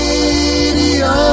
Radio